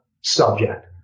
subject